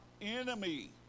enemy